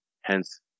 Hence